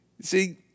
See